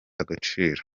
agaciro